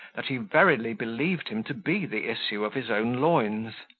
that he verily believed him to be the issue of his own loins.